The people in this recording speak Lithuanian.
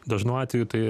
dažnu atveju tai